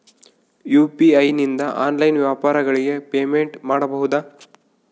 UPI ನಿಂದ online ವ್ಯಾಪಾರಗಳಿಗೆ payment ಮಾಡಬಹುದಾ?